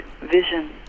vision